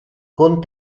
con